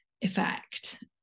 effect